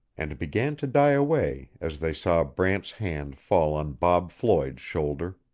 and began to die away as they saw brant's hand fall on bob floyd's shoulder.